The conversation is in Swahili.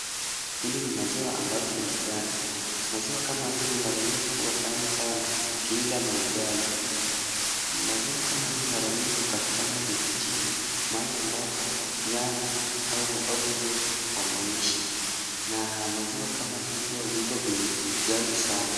Hili ni maziwa ambalo limeganda. Maziwa kama hii mara mingi huwa tamu sana ukiila na ugali. Maziwa kama hii mara mingi hupatikana vijijini, mahali ambapo nyanya au mababu zetu wanaishi na maziwa kama hii pia huuzwa bei ghali sana.